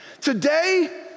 Today